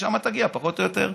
לשם תגיע פחות או יותר.